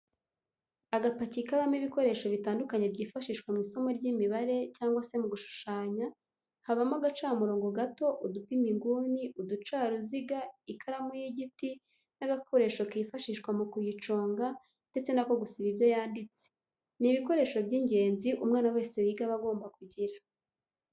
Agapaki kabamo ibikoresho bitandukanye byifashishwa mu isomo ry'imibare cyangwa se mu gushushanya, habamo agacamurongo gato, udupima inguni, uducaruziga, ikaramu y'igiti n'agakoresho kifashishwa mu kuyiconga ndetse n'ako gusiba ibyo yanditse, ni ibikoresho by'ingenzi umwana wese wiga aba agomba kugira.